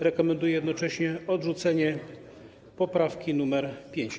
Rekomenduje jednocześnie odrzucenie poprawki nr 5.